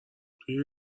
توی